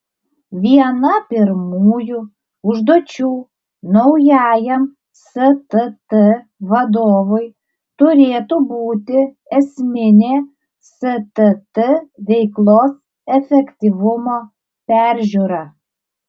viena pirmųjų užduočių naujajam stt vadovui turėtų būti esminė stt veiklos efektyvumo peržiūra